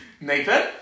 Nathan